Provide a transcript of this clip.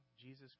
Jesus